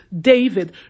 David